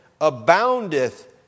aboundeth